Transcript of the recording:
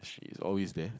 she's always there